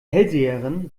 hellseherin